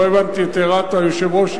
לא הבנתי את הערת היושב-ראש,